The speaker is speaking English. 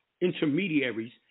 intermediaries